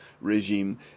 regime